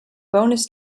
bonus